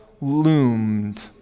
loomed